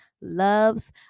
loves